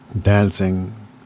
dancing